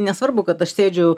nesvarbu kad aš sėdžiu